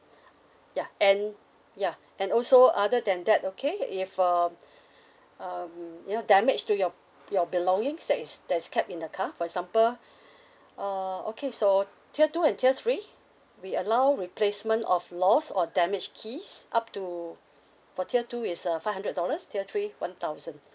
yeah and yeah and also other than that okay if um um you know damage to your your belongings that is that's kept in the car for example uh okay so tier two and tier three we allow replacement of lost or damaged keys up to for tier two is uh five hundred dollars tier three one thousand